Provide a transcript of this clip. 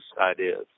ideas